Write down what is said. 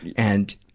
and,